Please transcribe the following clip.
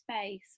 space